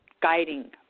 guiding